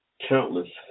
Countless